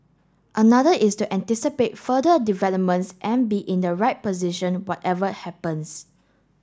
another is to anticipate further developments and be in the right position whatever happens